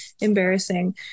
embarrassing